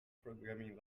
programming